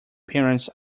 parents